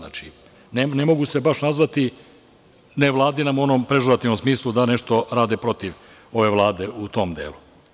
Ne mogu se baš nazvati nevladinom u onom pežerativnom smislu da nešto rade protiv ove Vlade u tom delu.